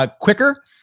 quicker